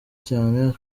cyane